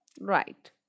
Right